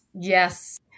Yes